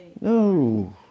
No